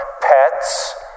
Pets